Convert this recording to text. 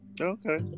Okay